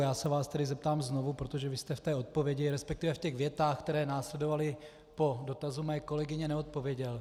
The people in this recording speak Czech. A já se vás tedy zeptám znovu, protože vy jste v té odpovědi, resp. ve větách, které následovaly po dotazu mé kolegyně, neodpověděl.